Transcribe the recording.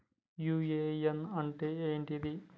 UAN అంటే ఏంది?